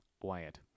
Wyatt